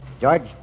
George